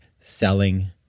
selling